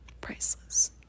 priceless